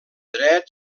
dret